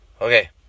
Okay